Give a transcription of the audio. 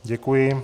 Děkuji.